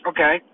Okay